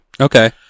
Okay